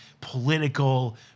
political